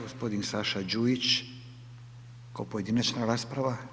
Gospodin Saša Đujić, ko pojedinačna rasprava.